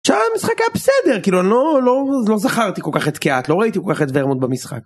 שאר המשחק היה בסדר, כאילו לא, לא, לא זכרתי כל כך את קהת, לא ראיתי כל כך את ורמוט במשחק.